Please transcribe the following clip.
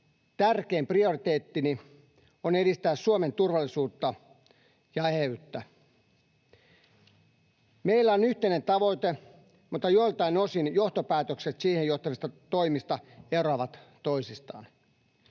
tärkein prioriteettini on edistää Suomen turvallisuutta ja eheyttä. Meillä on yhteinen tavoite, mutta joiltain osin johtopäätökset siihen johtavista toimista eroavat toisistaan.